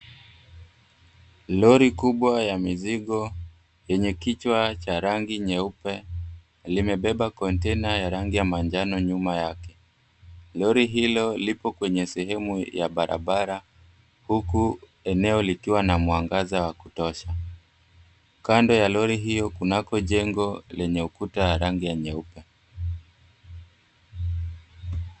Lori kubwa ya mizigo yenye kichwa cha rangi nyeupe limebeba container ya rangi ya manjano nyuma yake, lori hilo lipo kwenye sehemu ya barabara huku eneo likwa na mwangaza wa kutosha. Kando ya lori hiyo kunako jengo lenye ukuta wa rangi ya nyeupe.